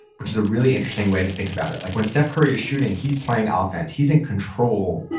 which is a really interesting way to think about it like when steph curry is shooting, he's playing ah offense, he's in control.